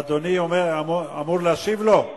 אדוני אמור להשיב לו?